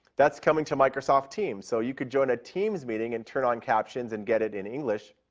that's coming to microsoft teams, so you could join a teams meeting and turn on captions and get it in english.